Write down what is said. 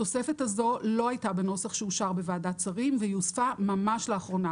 התוספת הזאת לא הייתה בנוסח שאושר בוועדת שרים והיא הוספה ממש לאחרונה.